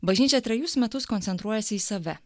bažnyčia trejus metus koncentruojasi į save